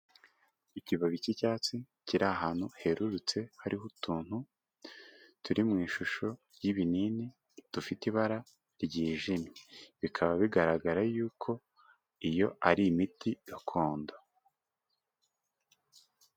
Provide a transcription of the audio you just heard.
Ikibabi cy'icyatsi kiri ahantu herurutse hariho utuntu turi mu ishusho y'ibinini dufite ibara ryijimye, bikaba bigaragara yuko iyo ari imiti gakondo.